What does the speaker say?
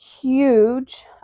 huge